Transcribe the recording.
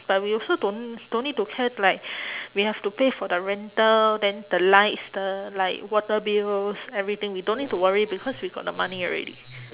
but we also don't don't need to care to like we have to pay for the rental then the lights the like water bills everything we don't need to worry because we got the money already